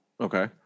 okay